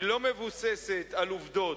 היא לא מבוססת על עובדות,